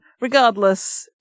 regardless